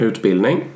Utbildning